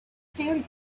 terrified